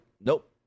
Nope